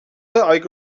avec